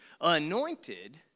anointed